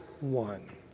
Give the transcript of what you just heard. One